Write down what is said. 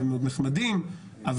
אבל